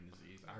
disease